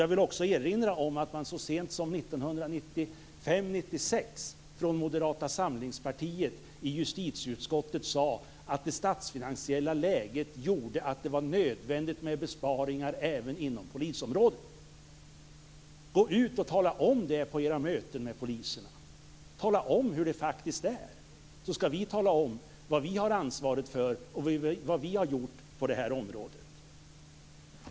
Jag vill också erinra om att man i Moderata samlingspartiet så sent som 1995-96 i justitieutskottet sade att det statsfinansiella läget gjorde att det var nödvändigt med besparingar även inom polisområdet. Gå ut och tala om det på era möten med poliserna. Tala om hur det faktiskt är, så skall vi tala om vad vi har ansvaret för och vad vi har gjort på det här området.